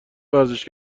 ورزش